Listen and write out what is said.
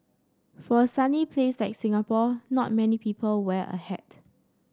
for a sunny place like Singapore not many people wear a hat